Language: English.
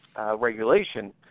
regulation